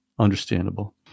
Understandable